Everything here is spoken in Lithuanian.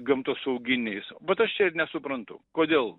gamtosauginiais bet as čia ir nesuprantu kodėl